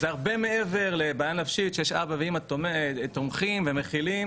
אז זה הרבה מעבר לבעיה נפשית שיש אבא ואמא תומכים ומכילים,